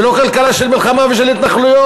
ולא כלכלה של מלחמה והתנחלויות,